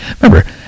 Remember